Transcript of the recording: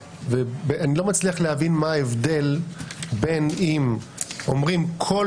ואני לא מצליח להבין מה ההבדל בין אם אומרים: כל